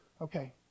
okay